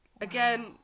Again